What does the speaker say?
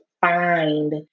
find